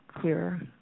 clearer